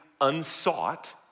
unsought